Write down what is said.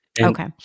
Okay